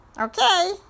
Okay